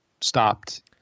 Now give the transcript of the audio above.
stopped